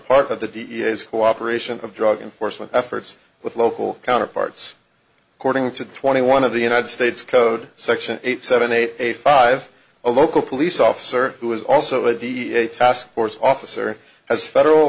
part of the d e a s cooperation of drug enforcement efforts with local counterparts according to twenty one of the united states code section eight seven eight a five a local police officer who is also a da a task force officer has federal